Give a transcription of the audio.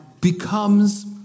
becomes